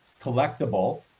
collectible